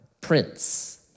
Prince